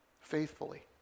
faithfully